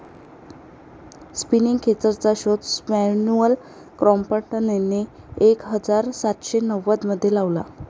spinning खेचरचा शोध Samuel क्रॉम्प्टनने एक हजार सातशे नव्वदमध्ये लावला